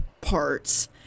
parts